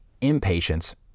impatience